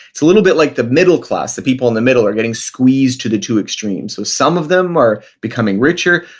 it's a little bit like the middle class, the people in the middle, are getting squeezed to the two extremes. so some of them are becoming richer,